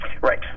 Right